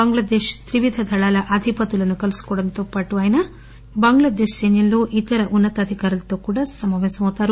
బంగ్లాదేశ్ త్రివిధ దళాల అధిపతులను కలుసు కోవడంతో పాటు అయినా బంగ్లాదేశ్ సైన్యంలో ఇతర ఉన్న తాధికారులతో కూడా సమాపేశం అవుతారు